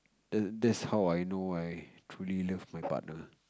that that's how I know I truly love my partner